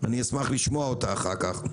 ואני אשמח לשמוע אותה אחר כך.